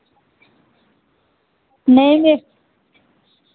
नेईं नेईं